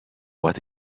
what